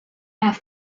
have